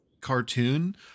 cartoon